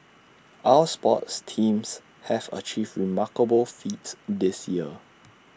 our sports teams have achieved remarkable feats this year